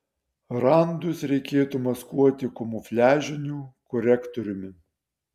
randus reikėtų maskuoti kamufliažiniu korektoriumi